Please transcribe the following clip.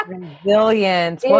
Resilience